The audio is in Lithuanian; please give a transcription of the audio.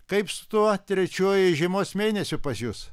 kaip su tuo trečiuoju žiemos mėnesiu pas jus